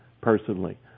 personally